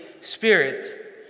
Spirit